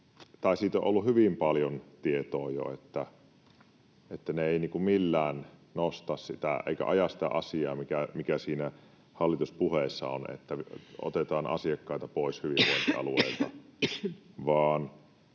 siitä on ollut jo hyvin paljon tietoa, että ne eivät millään nosta sitä eivätkä aja sitä asiaa, mikä siinä hallituspuheessa on, että otetaan asiakkaita pois hyvinvointialueilta, vaan